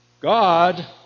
God